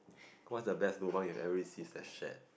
what's the best lobang you have ever received slash shared